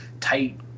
tight